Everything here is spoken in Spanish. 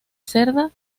cerda